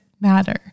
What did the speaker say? matter